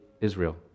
Israel